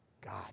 God